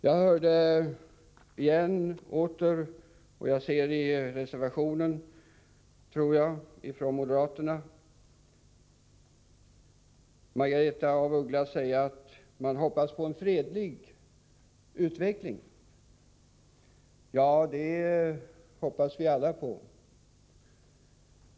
Jag hörde igen — och jag tror att jag såg det i reservationen från moderaterna — att Margaretha af Ugglas sade att de hoppas på en fredlig utveckling. Ja, det gör vi alla.